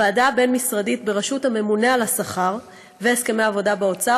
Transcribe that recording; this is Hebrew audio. הוועדה הבין-משרדית בראשות הממונה על השכר והסכמי העבודה באוצר,